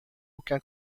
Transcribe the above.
aucun